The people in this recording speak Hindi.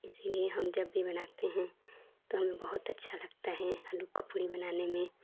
इसीलिए हम जब भी बनाते हैं तो हमें बहुत अच्छा लगता है आलू की पूड़ी बनाने में